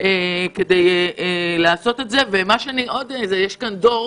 יש כאן דור